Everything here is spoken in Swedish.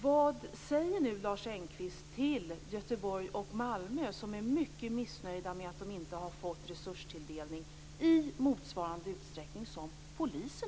Malmö där man är mycket missnöjd med att man inte har fått resurstilldelning i motsvarande utsträckning som polisen?